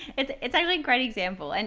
and it's actually a great example. and